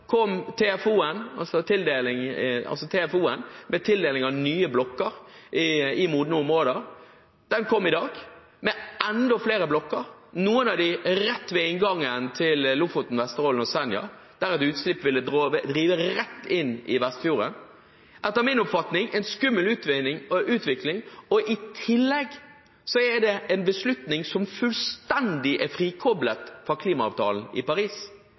kom TFO-en med tildeling av nye blokker i modne områder. Den kom i dag, med enda flere blokker, noen av dem rett ved inngangen til Lofoten, Vesterålen og Senja, der et utslipp ville drive rett inn i Vestfjorden. Det er etter min oppfatning en skummel utvikling, og i tillegg er det en beslutning som fullstendig er frikoblet fra klimaavtalen i Paris.